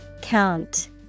Count